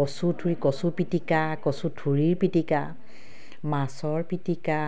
কচু থুৰি কচু পিটিকা কচু থুৰিৰ পিটিকা মাছৰ পিটিকা